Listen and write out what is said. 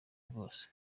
bwose